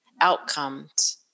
outcomes